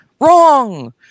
Wrong